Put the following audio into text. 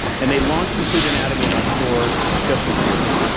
and they launched complete anatomy in our store just this year.